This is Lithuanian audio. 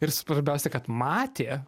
ir svarbiausia kad matė